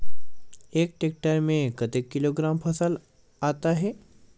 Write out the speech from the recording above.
एक टेक्टर में कतेक किलोग्राम फसल आता है?